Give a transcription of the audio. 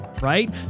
right